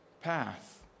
path